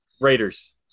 Raiders